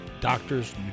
doctors